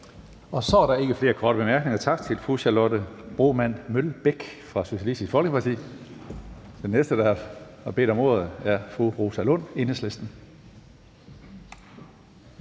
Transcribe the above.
Så er der ikke flere korte bemærkninger. Tak til fru Charlotte Broman Mølbæk fra Socialistisk Folkeparti. Den næste, der har bedt om ordet, er fru Rosa Lund fra Enhedslisten.